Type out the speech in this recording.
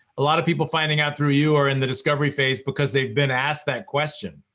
a lot of people finding out through you are in the discovery phase because they've been asked that question.